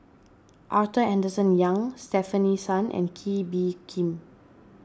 Arthur Henderson Young Stefanie Sun and Kee Bee Khim